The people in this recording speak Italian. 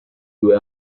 due